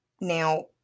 Now